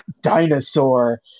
Dinosaur